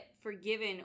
forgiven